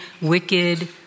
wicked